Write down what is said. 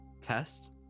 Test